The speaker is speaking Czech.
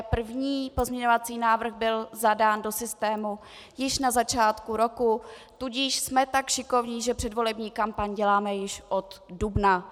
První pozměňovací návrh byl zadán do systému již na začátku roku, tudíž jsme tak šikovní, že předvolební kampaň děláme již od dubna.